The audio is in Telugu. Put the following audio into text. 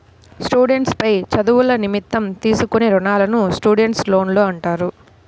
స్టూడెంట్స్ పై చదువుల నిమిత్తం తీసుకునే రుణాలను స్టూడెంట్స్ లోన్లు అంటారు